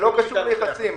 זה לא קשור ליחסים.